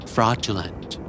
Fraudulent